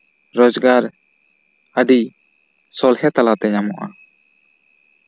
ᱨᱳᱡᱜᱟᱨ ᱟᱹᱰᱤ ᱥᱚᱦᱞᱮ ᱛᱟᱞᱟᱛᱮ ᱧᱟᱢᱚᱜᱼᱟ